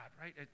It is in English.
right